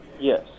Yes